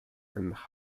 and